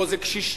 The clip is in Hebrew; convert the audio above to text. או שזה קשישים,